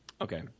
Okay